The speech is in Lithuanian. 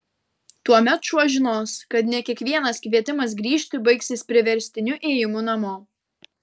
tuomet šuo žinos kad ne kiekvienas kvietimas grįžti baigsis priverstiniu ėjimu namo